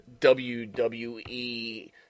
WWE